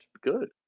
good